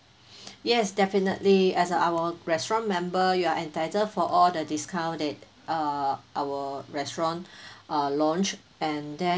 yes definitely as our restaurant member you are entitled for all the discount that uh our restaurant err launch and then